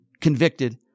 convicted